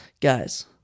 Guys